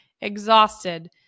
exhausted